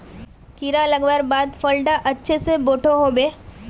कीड़ा लगवार बाद फल डा अच्छा से बोठो होबे?